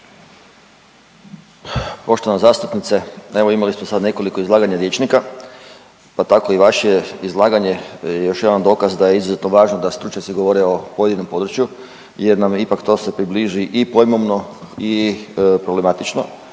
Poštovana zastupnice, evo imali smo sad nekoliko izlaganja liječnika, pa tako i vaše izlaganje je još jedan dokaz da je izuzetno važno da stručnjaci govore o pojedinom području jer nam je, ipak to se približi i pojmovno i problematično